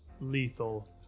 lethal